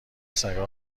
سگا